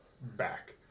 back